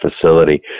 facility